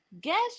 guess